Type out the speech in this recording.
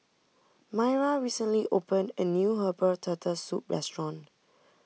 Maira recently opened a new Herbal Turtle Soup restaurant